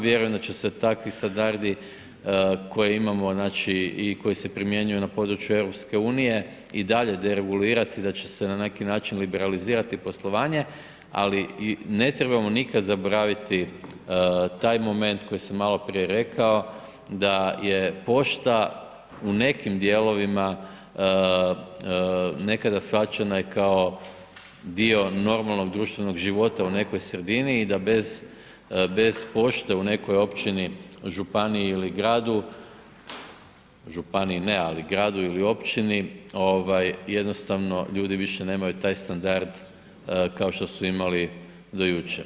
Vjerujem da će se takvi standardi koje imamo znači i koji se primjenjuju na području EU i dalje deregulirati i da će se na neki način liberalizirati poslovanje, ali ne trebamo nikada zaboraviti taj moment koji sam maloprije rekao da je pošta u nekim dijelovima nekada shvaćena i kao dio normalnog društvenog života u nekoj sredini i da bez, bez pošte u nekoj općini, županiji ili gradu, županiji ne, ali gradu ili općini ovaj jednostavno ljudi više nemaju taj standard kao što su imali do jučer.